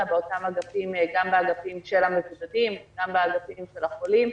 באותם אגפים וגם באגפים של המבודדים וגם באגפים של החולים.